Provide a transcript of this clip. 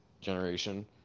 generation